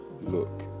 look